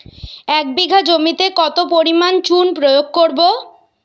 এক বিঘা জমিতে কত পরিমাণ চুন প্রয়োগ করব?